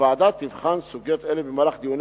הוועדה תבחן סוגיות אלה במהלך דיוניה